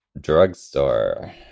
drugstore